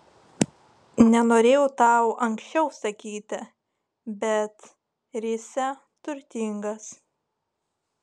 nenorėjau tau anksčiau sakyti bet risią turtingas